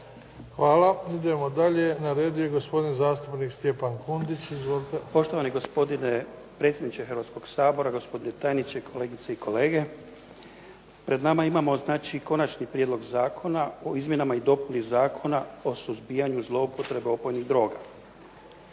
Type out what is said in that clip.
Hvala. Idemo dalje, na redu je gospodin zastupnik Stjepan Kundić. Izvolite. **Kundić, Stjepan (HDZ)** Poštovani gospodine predsjedniče Hrvatskog sabora, gospodine tajniče, kolegice i kolege. Pred nama imamo znači konačni prijedlog Zakona o izmjenama i dopuni Zakona o suzbijanju zloupotrebe opojnih droga.